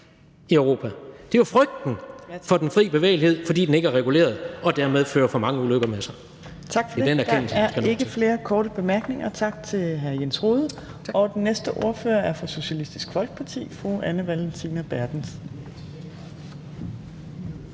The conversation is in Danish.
i Europa. Det er jo frygten for den fri bevægelighed, fordi den ikke er reguleret og dermed fører for mange ulykker med sig.